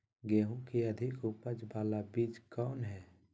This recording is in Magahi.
गेंहू की अधिक उपज बाला बीज कौन हैं?